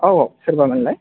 औ औ सोरबामोनलाय